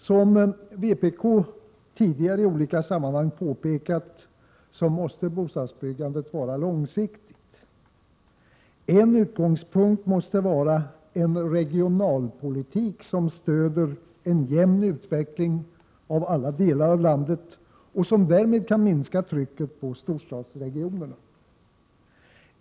Som vpk tidigare i olika sammanhang påpekat måste bostadsbyggandet vara långsiktigt. En utgångspunkt måste vara en regionalpolitik som stöder en jämn utveckling av alla delar av landet och som därmed kan minska trycket på storstadsregionerna.